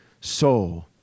soul